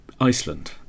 Iceland